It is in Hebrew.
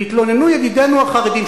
והתלוננו ידידינו החרדים,